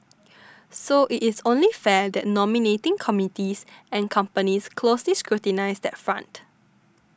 so it is only fair that nominating committees and companies closely scrutinise that front